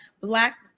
black